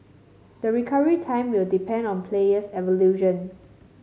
the recovery time will depend on player's evolution